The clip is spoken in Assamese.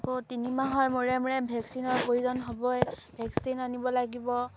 ত' তিনিমাহৰ মূৰে মূৰে ভেকচিনৰ প্ৰয়োজন হ'বই ভেকচিন আনিব লাগিব